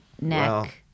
neck